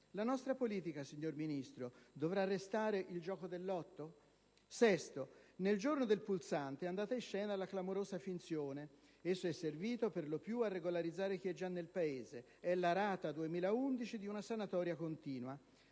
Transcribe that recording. La nostra politica, signor Ministro, continuerà ad essere paragonabile al gioco del lotto? Sesto. Nel giorno del pulsante è andata in scena una clamorosa finzione. Esso è servito - per lo più - a regolarizzare chi è già nel Paese; è la rata 2011 di una sanatoria continua.